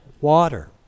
water